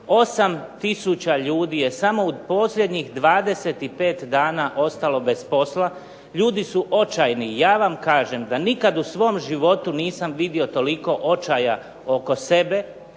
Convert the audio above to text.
ljudi je samo u posljednjih 25 dana ostalo bez posla. Ljudi su očajni. Ja vam kažem da nikad u svom životu nisam vidio toliko očaja oko sebe,